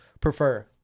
prefer